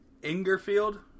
ingerfield